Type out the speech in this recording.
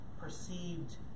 perceived